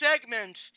segments